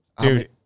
Dude